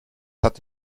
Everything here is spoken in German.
hat